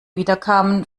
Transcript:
wiederkamen